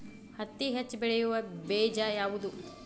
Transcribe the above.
ಹತ್ತಿ ಹೆಚ್ಚ ಬೆಳೆಯುವ ಬೇಜ ಯಾವುದು?